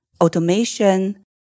automation